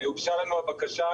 הוגשה לנו הבקשה,